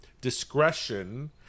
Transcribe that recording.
discretion